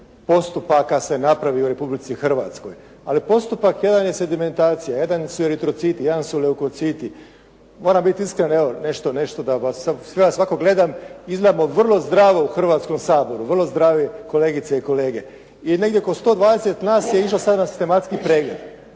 postupaka se napravi u Republici Hrvatskoj. Ali postupak jedan je sedimentacija, jedan su eritrociti, jedan su leukociti. Moram biti iskren, evo nešto da vas, sve vas ovako gledam, izgledamo vrlo zdravo u Hrvatskom saboru, vrlo zdravi kolegice i kolege i negdje oko 120 nas je išlo sad na sistematski pregled